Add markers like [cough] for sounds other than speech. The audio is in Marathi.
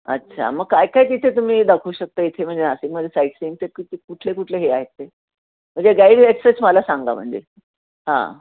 अच्छा मग काय काय तिथे तुम्ही दाखवू शकता इथे म्हणजे नाशिकमध्ये साईटसिईंग कुठले कुठले हे आहेत ते म्हणजे [unintelligible] मला सांगा म्हणजे हां